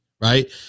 right